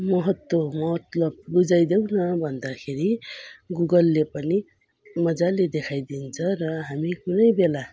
महत्त्व मतलब बुझाइ देउन भन्दाखेरि गुगलले पनि मजाले देखाइ दिन्छ र हामी कुनै बेला